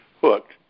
hooked